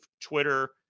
Twitter